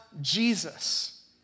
Jesus